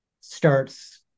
starts